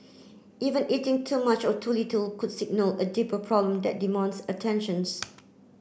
even eating too much or too little could signal a deeper problem that demands attentions